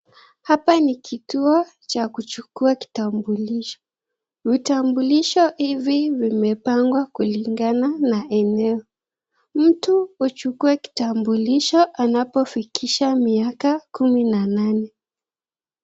Hapa ni kituo cha kuchukua kitambulisho. Vitambulisho hivi vimepangwa kulingana na eneo. Mtu uchukue kitambulisho anapofikisha miaka kumi na nane.